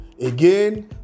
Again